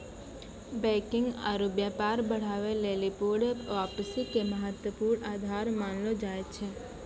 banking आरु व्यापार बढ़ाबै लेली पूर्ण वापसी के महत्वपूर्ण आधार मानलो जाय छै